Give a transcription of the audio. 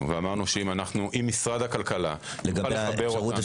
ואמרנו שאם משרד הכלכלה - לגבי הפריים.